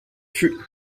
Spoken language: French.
fut